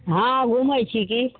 हँ घूमय छी की